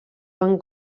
van